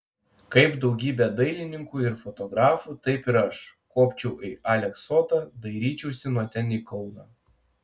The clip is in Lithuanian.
kaip daugybė dailininkų ir fotografų taip ir aš kopčiau į aleksotą dairyčiausi nuo ten į kauną